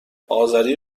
آذری